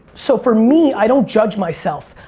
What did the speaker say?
so for me, i don't judge myself.